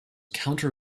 counter